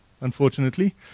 unfortunately